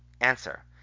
Answer